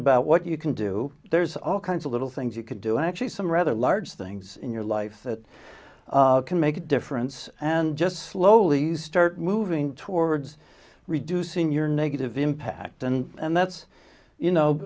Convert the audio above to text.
about what you can do there's all kinds of little things you could do actually some rather large things in your life that can make a difference and just slowly start moving towards reducing your negative impact and that's you know